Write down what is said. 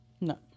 No